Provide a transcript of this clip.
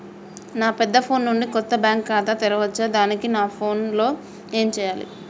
నా పెద్ద ఫోన్ నుండి కొత్త బ్యాంక్ ఖాతా తెరవచ్చా? దానికి నా ఫోన్ లో ఏం చేయాలి?